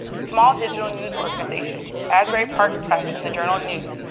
small digital news organization asbury park press and the journal news,